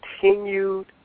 continued